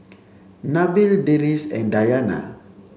Nabil Deris and Dayana